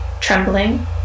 trembling